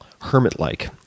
hermit-like